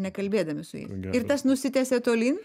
nekalbėdami su jais ir tas nusitęsia tolyn